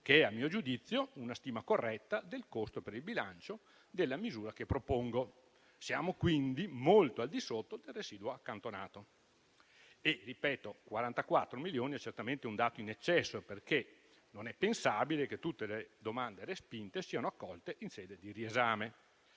che, a mio giudizio, è una stima corretta del costo per il bilancio della misura che propongo. Siamo quindi molto al di sotto del residuo accantonato. Ripeto: 44 milioni è certamente un dato in eccesso, perché non è pensabile che tutte le domande respinte siano accolte in sede di riesame.